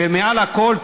ומעל הכול,